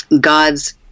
God's